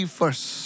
first